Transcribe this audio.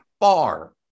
far